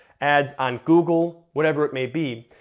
ads on google, whatever it may be.